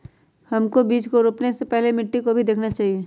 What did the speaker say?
हमको बीज को रोपने से पहले मिट्टी को भी देखना चाहिए?